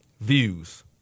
Views